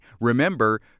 Remember